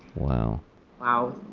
wow wow.